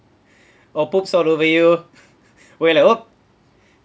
or poops all over you where like !oops!